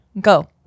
go